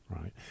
Right